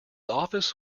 office